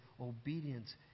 obedience